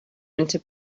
into